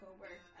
work